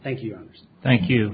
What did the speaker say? thank you thank you